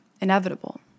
inevitable